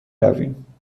رویم